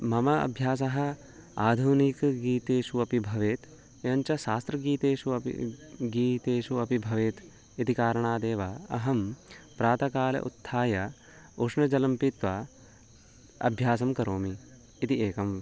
मम अभ्यासः आधुनिक गीतेषु अपि भवेत् यञ्च शास्त्रगीतेषु अपि गीतेषु अपि भवेत् इति कारणादेव अहं प्रातःकाले उत्थाय उष्णजलं पीत्वा अभ्यासं करोमि इति एकम्